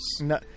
No